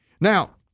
Now